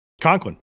Conklin